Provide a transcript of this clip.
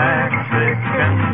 Mexican